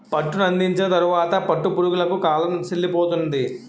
పట్టునందించిన తరువాత పట్టు పురుగులకు కాలం సెల్లిపోతుంది